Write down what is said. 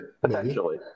potentially